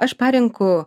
aš parenku